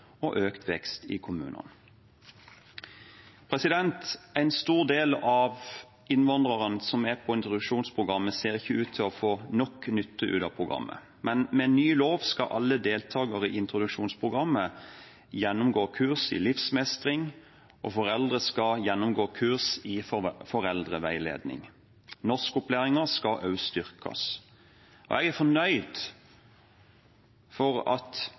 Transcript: og økt vekst i kommunene. En stor del av innvandrerne som er på introduksjonsprogrammet, ser ikke ut til å få nok nytte av programmet. Men med ny lov skal alle deltakere i introduksjonsprogrammet gjennomgå kurs i livsmestring, og foreldre skal gjennomgå kurs i foreldreveiledning. Norskopplæringen skal også styrkes. Jeg er fornøyd med at